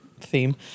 theme